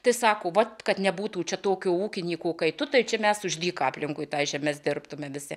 tai sako vat kad nebūtų čia tokių ūkininkų kai tu tai čia mes už lyg aplinkui tas žemes dirbtume visi